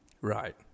right